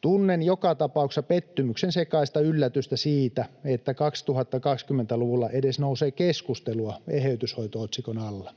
Tunnen joka tapauksessa pettymyksensekaista yllätystä siitä, että 2020-luvulla edes nousee keskustelua eheytyshoito-otsikon alla.